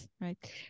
right